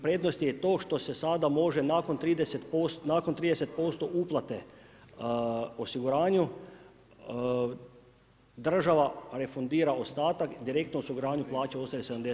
Prednost je to što se sada može nakon 30% uplate osiguranju država refundira ostatak, direktno osiguranju plaća ostaje 70%